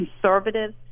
conservative